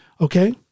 Okay